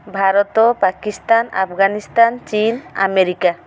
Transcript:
ଭାରତ ପାକିସ୍ତାନ୍ ଆଫ୍ଗାନିସ୍ତାନ୍ ଚୀନ୍ ଆମେରିକା